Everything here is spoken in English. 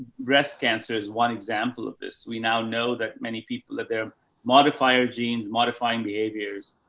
breast cancer is one example of this. we now know that many people that they're modifier genes modifying behaviors.